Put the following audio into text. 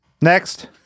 Next